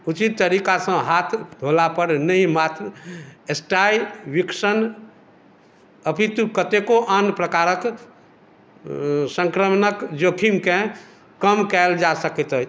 उचित तरीकासँ हाथ धोलापर नहि मात्र स्टाइ विकसन अपितु कतेको आन प्रकारक सङ्क्रमणक जोखिमकेँ कम कयल जा सकैत छै